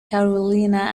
carolina